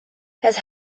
het